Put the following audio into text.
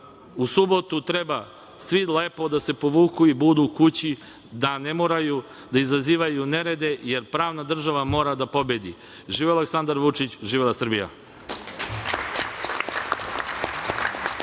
u subotu treba svi lepo da se povuku i budu kući, da ne izazivaju nerede, jer pravna država mora da pobedi. Živeo Aleksandar Vučić! Živela Srbija!